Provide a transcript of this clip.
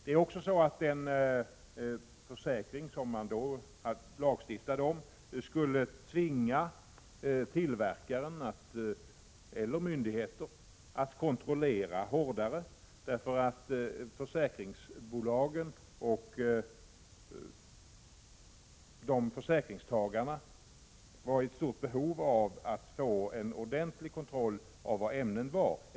En försäkring som man har lagstiftat om skulle också tvinga tillverkare eller myndigheter att kontrollera hårdare, eftersom försäkringsbolagen och försäkringstagarna skulle ha stort behov av att få en ordentlig kontroll av vilka ämnen produkten innehåller.